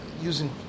Using